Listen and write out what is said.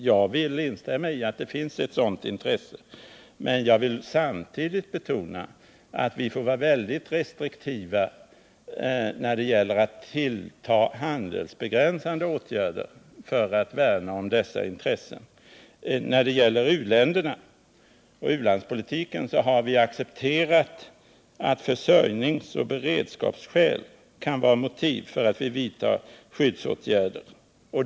Jag vill instämma i att det finns ett sådant intresse, men jag vill samtidigt betona att vi måste vara väldigt restriktiva när det gäller att ta till handelsbegränsande åtgärder för att värna om dessa intressen. När det gäller u-landspolitiken har vi accepterat att försörjningsoch beredskapsskäl kan vara motiv för att vi vidtar skyddsåtgärder.